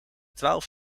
twaalf